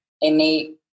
innate